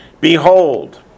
Behold